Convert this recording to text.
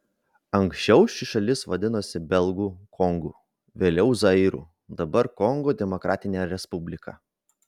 anksčiau ši šalis vadinosi belgų kongu vėliau zairu dabar kongo demokratinė respublika